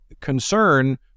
concern